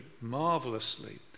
marvelously